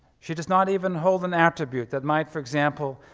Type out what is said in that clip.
she does not even hold an attribute that might, for example,